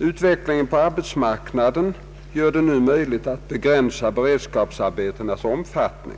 Utvecklingen på arbetsmarknaden gör det nu möjligt att begränsa beredskapsarbetenas omfattning.